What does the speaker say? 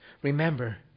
Remember